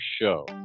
Show